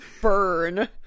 burn